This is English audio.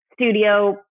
studio